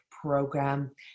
program